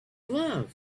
love